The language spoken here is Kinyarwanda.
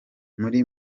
muri